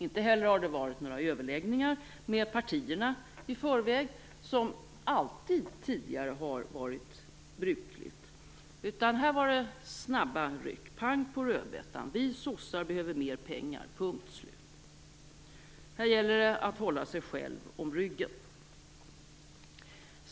Inte heller har det varit några överläggningar med partierna i förväg, vilket alltid tidigare har varit brukligt, utan här var det snabba ryck - pang på rödbetan: Vi sossar behöver mer pengar, punkt slut. Här gäller det att hålla sig själv om ryggen.